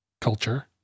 culture